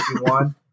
one